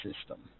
system